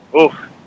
oof